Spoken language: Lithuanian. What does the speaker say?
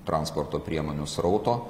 transporto priemonių srauto